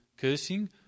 cursing